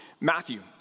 Matthew